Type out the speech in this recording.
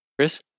Chris